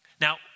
Now